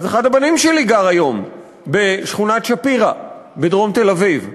אחד הבנים שלי גר היום בשכונת-שפירא בדרום תל-אביב.